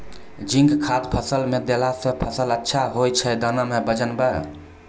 zinc खाद फ़सल मे देला से फ़सल अच्छा होय छै दाना मे वजन ब